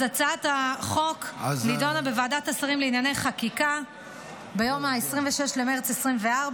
אז הצעת החוק נדונה בוועדת השרים לענייני חקיקה ביום 26 במרץ 2024,